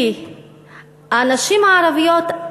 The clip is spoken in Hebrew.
כי הנשים הערביות,